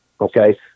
Okay